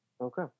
Okay